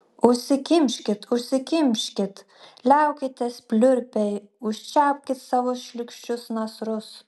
užsikimškit užsikimškit liaukitės pliurpę užčiaupkit savo šlykščius nasrus